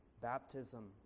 baptism